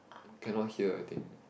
cannot hear I think